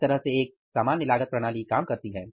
इस तरह से एक सामान्य लागत प्रणाली काम करती है